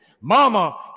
Mama